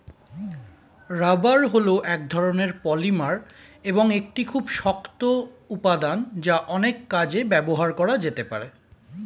rubber হল এক ধরণের পলিমার এবং একটি খুব শক্ত উপাদান যা অনেক কাজে ব্যবহার করা যেতে পারে